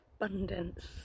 abundance